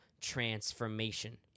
transformation